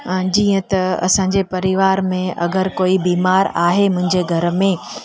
हा जीअं त असांजे परिवार में अगरि कोई बीमार आहे मुंहिंजे घर में